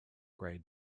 grade